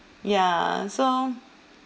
ya so